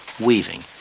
weaving,